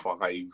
five